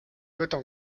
côtes